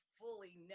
fully